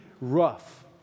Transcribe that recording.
rough